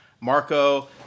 Marco